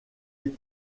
est